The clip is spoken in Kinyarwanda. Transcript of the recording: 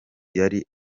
yari